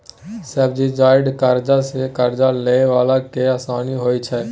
subsidised करजा सँ करजा लए बला केँ आसानी होइ छै